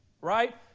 Right